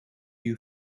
you